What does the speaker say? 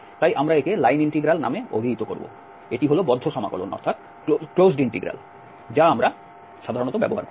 তাই আমরা একে লাইন ইন্টিগ্রাল নামে অভিহিত করব এটি হল বদ্ধ সমাকলন যা আমরা সাধারণত ব্যবহার করি